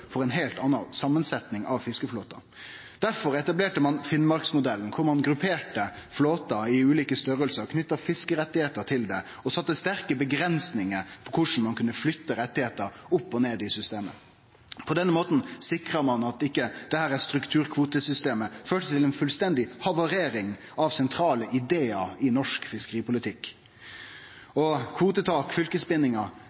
for ei heilt anna samansetning av fiskeflåten. Derfor etablerte ein «Finnmarksmodellen», kor ein grupperte flåten i ulike størrelsar, knytte fiskerettar til det og sette sterke avgrensingar på korleis ein kunne flytte rettar opp og ned i systemet. På denne måten sikra ein at ikkje dette strukturkvotesystemet førte til ei fullstendig havarering av sentrale idear i norsk fiskeripolitikk.